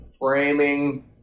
framing